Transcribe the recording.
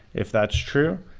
if that's true,